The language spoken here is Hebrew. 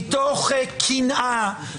מתוך קנאה,